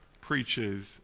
preaches